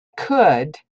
could